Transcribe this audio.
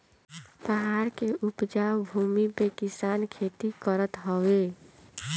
पहाड़ के उपजाऊ भूमि पे किसान खेती करत हवे